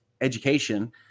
education